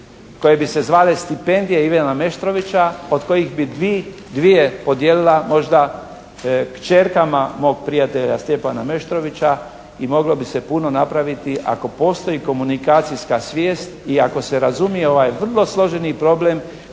koje bi se zvale stipendije Ivana Meštrovića od kojih bi dvije podijelila možda kćerkama mog prijatelja Stjepana Meštrovića i moglo bi se puno napraviti ako postoji komunikacijska svijest. I ako se razumije ovaj vrlo složeni problem